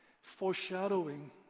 Foreshadowing